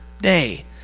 day